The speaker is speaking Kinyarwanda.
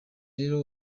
rero